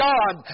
God